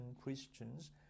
Christians